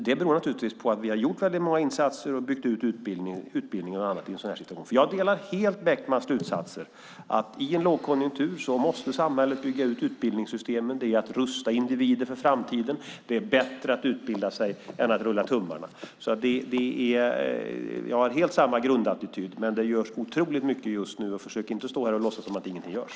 Det beror naturligtvis på att vi har gjort många insatser och byggt ut utbildningarna och annat i en sådan här situation. Jag delar helt Bäckmans slutsatser. I en lågkonjunktur måste samhället bygga ut utbildningssystemen. Det är att rusta individer för framtiden. Det är bättre att utbilda sig än att rulla tummarna. Jag har helt samma grundattityd. Det görs otroligt mycket just nu, och försök inte stå här och låtsas som att ingenting görs.